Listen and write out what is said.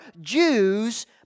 Jews